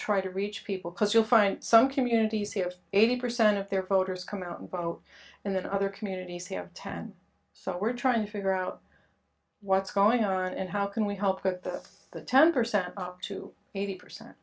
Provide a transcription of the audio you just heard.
to reach people because you'll find some communities here eighty percent of their voters come out and vote and in other communities here ten so we're trying to figure out what's going on and how can we help with the ten percent to eighty percent